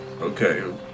Okay